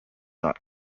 not